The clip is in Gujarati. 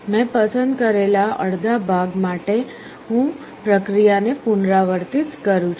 મેં પસંદ કરેલા અડધા ભાગ માટે હું પ્રક્રિયાને પુનરાવર્તિત કરું છું